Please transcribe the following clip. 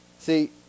See